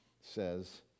says